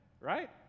right